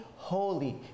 holy